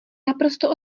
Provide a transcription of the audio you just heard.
naprosto